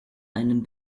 einem